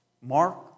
Mark